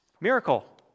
Miracle